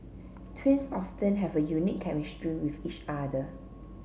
twins often have a unique chemistry with each other